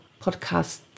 podcast